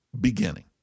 beginning